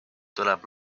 tuleb